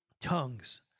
tongues